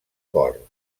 cor